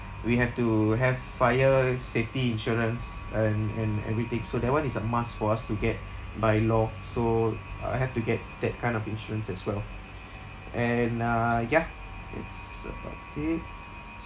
we have to have fire safety insurance and and everything so that [one] is a must for us to get by law so I have to get that kind of insurance as well and uh ya it's about it